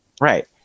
Right